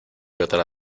otra